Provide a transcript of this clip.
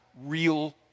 real